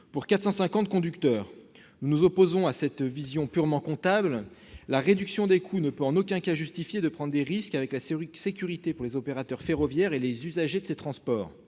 22 000 euros Nous nous opposons à cette vision purement comptable. La réduction des coûts ne peut en aucun cas justifier de prendre des risques avec la sécurité pour les opérateurs ferroviaires et les usagers de ces transports.